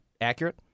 accurate